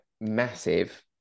massive